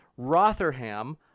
Rotherham